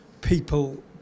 people